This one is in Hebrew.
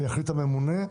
ויחליט הממונה,